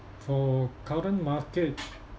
for current market